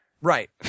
Right